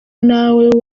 nawe